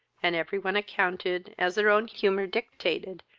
and every one accounted, as their own humour dictated,